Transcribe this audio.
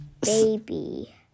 baby